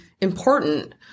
important